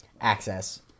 access